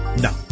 No